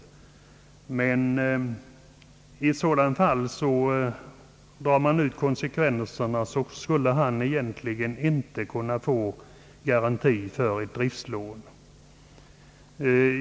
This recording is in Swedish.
Om man vore konsekvent skulle han egentligen inte kunna få garanti för ett driftslån.